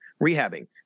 rehabbing